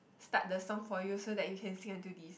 start the song for you so that you can sing until this